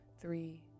three